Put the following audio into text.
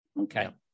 Okay